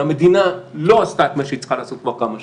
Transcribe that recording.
המדינה לא עשתה את מה שהיא צריכה לעסוק כבר כמה שנים,